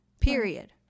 Period